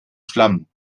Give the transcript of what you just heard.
schlamm